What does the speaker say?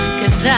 cause